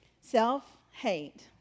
Self-hate